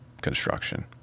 construction